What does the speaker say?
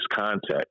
contact